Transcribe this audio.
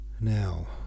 Now